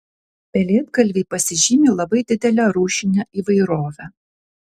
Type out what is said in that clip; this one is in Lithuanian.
pelėdgalviai pasižymi labai didele rūšine įvairove